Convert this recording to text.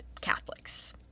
Catholics